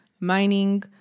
Mining